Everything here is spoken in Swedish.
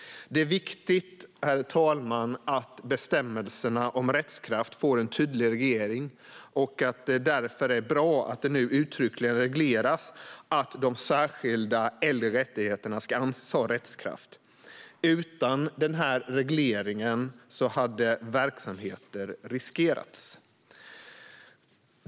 Det är viktigt, herr talman, att bestämmelserna om rättskraft får en tydlig reglering, och det är därför bra att det nu uttryckligen regleras att de särskilda äldre rättigheterna ska anses ha rättskraft. Utan denna reglering hade verksamheter riskerats.